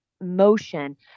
motion